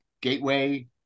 gateway